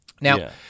Now